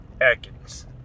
Atkins